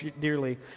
dearly